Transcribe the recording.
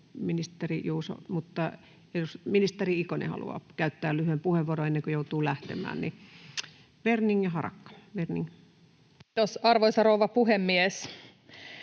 Ministeri Ikonen haluaa käyttää lyhyen puheenvuoron ennen kuin joutuu lähtemään. — Werning. [Speech 155] Speaker: Paula Werning